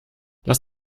lass